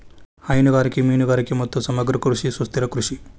ಹೈನುಗಾರಿಕೆ, ಮೇನುಗಾರಿಗೆ ಮತ್ತು ಸಮಗ್ರ ಕೃಷಿ ಸುಸ್ಥಿರ ಕೃಷಿ